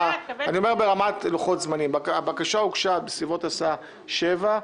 ברמת לוחות זמנים הבקשה הוגשה בסביבות השעה 19:00,